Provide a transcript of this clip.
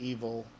Evil